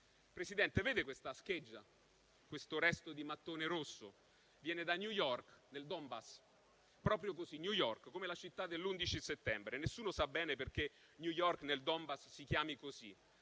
Presidente, vede questa scheggia, questo resto di mattone rosso? Viene da New York, nel Donbass. Proprio così, New York, come la città dell'11 settembre. Nessuno sa bene perché New York nel Donbass si chiami così;